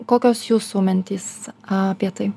kokios jūsų mintys apie tai